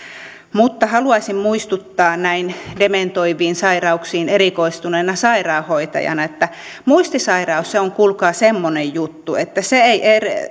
mutta haluaisin muistuttaa näin dementoiviin sairauksiin erikoistuneena sairaanhoitajana että muistisairaus on kuulkaa semmoinen juttu että se ei